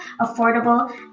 affordable